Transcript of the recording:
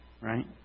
right